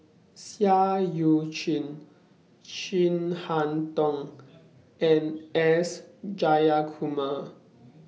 Seah EU Chin Chin Harn Tong and S Jayakumar